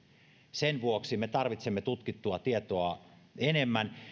sen vuoksi me tarvitsemme tutkittua tietoa enemmän